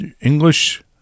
English